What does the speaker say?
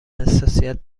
حساسیت